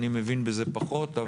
אני מבין בזה פחות.